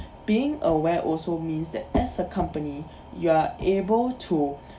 being aware also means that as a company you are able to